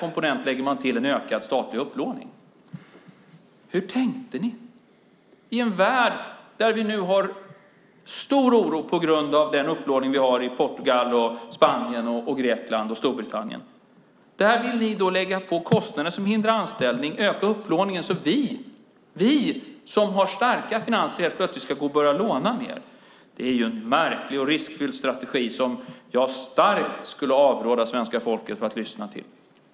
Detta är den samlade socialdemokratiska politiken. Hur tänkte ni? I en värld där vi nu har stor oro på grund av den upplåning man har i Portugal, Spanien, Grekland och Storbritannien vill ni lägga på kostnader som hindrar anställning och ökar upplåningen, så att vi som har starka finanser helt plötsligt ska börja låna mer. Det är en märklig och riskfylld strategi som jag starkt skulle avråda svenska folket från att lyssna till.